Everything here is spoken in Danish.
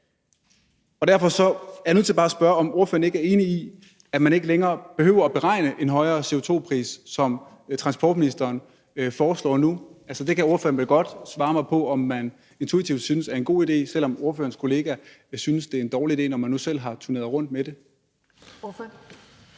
Derfor er jeg bare nødt til at spørge, om ordføreren ikke er enig i, at man ikke længere behøver at beregne en højere CO2-pris, som transportministeren foreslår nu. Altså, ordføreren kan vel godt svare mig på, om man intuitivt synes, at det er en god idé, selv om ordførerens kollega synes, at det er en dårlig idé – når man nu selv har turneret rundt med det.